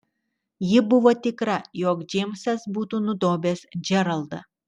ji buvo tikra jog džeimsas būtų nudobęs džeraldą